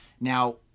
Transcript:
Now